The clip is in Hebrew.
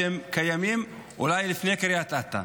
שהם קיימים אולי לפני קריית אתא?